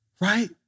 right